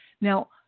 Now